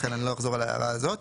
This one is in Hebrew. לכן אני לא אחזור על ההערה הזאת.